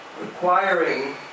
requiring